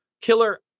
killer